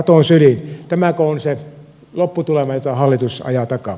tämäkö on se lopputulema jota hallitus ajaa takaa